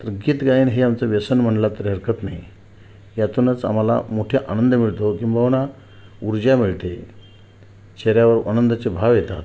तर गीत गायन हे आमचं व्यसन म्हणलात तरी हरकत नाही यातूनच आम्हाला मोठे आनंद मिळतो किंबहुना ऊर्जा मिळते चेहऱ्यावर आनंदाचे भाव येतात